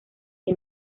que